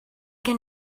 gen